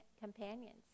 companions